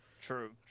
True